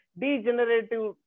degenerative